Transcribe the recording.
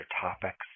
topics